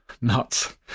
nuts